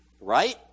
right